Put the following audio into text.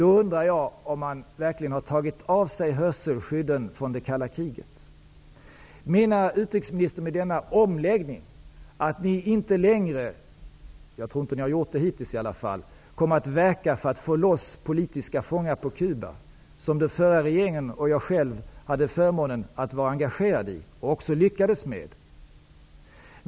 Då undrar jag om man verkligen har tagit av sig hörselskydden från det kalla kriget. Menar utrikesministern med denna omläggning att ni inte -- jag tror inte att ni har gjort det hittills i alla fall -- kommer att verka för att få loss politiska fångar på Cuba, något som förra regeringen och jag själv hade förmånen att vara engagerade i och som vi också lyckades med?